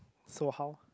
so how